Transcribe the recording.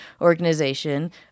organization